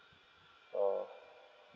oh